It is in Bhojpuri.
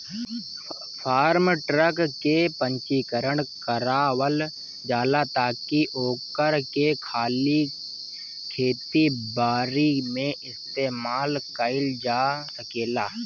फार्म ट्रक के पंजीकरण करावल जाला ताकि ओकरा के खाली खेती बारी में इस्तेमाल कईल जा सकेला